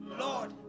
Lord